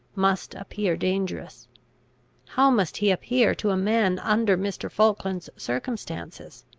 must appear dangerous how must he appear to a man under mr. falkland's circumstances?